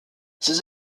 ses